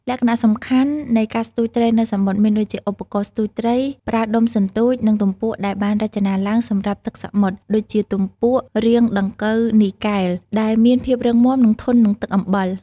លក្ខណៈសំខាន់នៃការស្ទូចត្រីនៅសមុទ្រមានដូចជាឧបករណ៍ស្ទូចត្រី ប្រើដុំសន្ទូច និងទំពក់ដែលបានរចនាឡើងសម្រាប់ទឹកសមុទ្រ ដូចជា ទំពក់រាងដង្កូវនីកែល ដែលមានភាពរឹងមាំ ហើយធន់នឹងទឹកអំបិល។